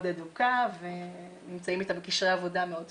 הדוקה ונמצאים איתם בקשרי עבודה מאוד טובים.